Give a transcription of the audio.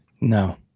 No